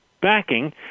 backing